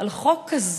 על חוק כזה,